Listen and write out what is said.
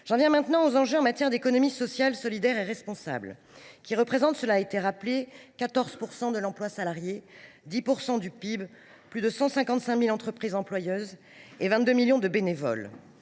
J’en viens maintenant aux enjeux en matière d’économie sociale, solidaire et responsable (ESSR), qui représente 14 % de l’emploi salarié, 10 % du PIB, plus de 155 000 entreprises employeuses et 22 millions de bénévoles.